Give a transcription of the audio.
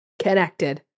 connected